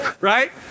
right